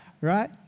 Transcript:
right